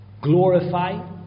Glorify